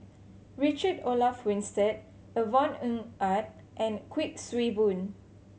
Richard Olaf Winstedt Yvonne Ng Uhde and Kuik Swee Boon